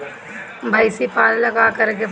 भइसी पालेला का करे के पारी?